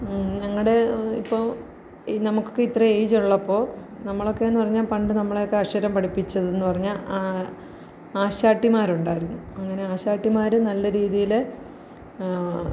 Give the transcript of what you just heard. ഞങ്ങളുടെ ഇപ്പോൾ ഈ നമ്മുക്കൊക്കെ ഇത്ര എയിജുള്ളപ്പോൾ നമ്മളൊക്കെയെന്ന് പറഞ്ഞാൽ പണ്ട് നമ്മളൊക്കെ അക്ഷരം പഠിപ്പിച്ചതെന്ന് പറഞ്ഞാൽ ആശാട്ടിമാരുണ്ടായിരുന്നു അങ്ങനെ ആശാട്ടിമാർ നല്ല രീതീൽ